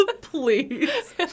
please